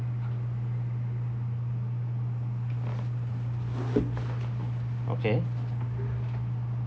okay